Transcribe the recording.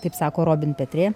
kaip sako robin petrė